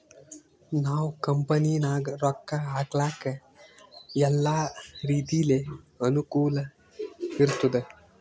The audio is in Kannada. ನಾವ್ ಕಂಪನಿನಾಗ್ ರೊಕ್ಕಾ ಹಾಕ್ಲಕ್ ಎಲ್ಲಾ ರೀತಿಲೆ ಅನುಕೂಲ್ ಇರ್ತುದ್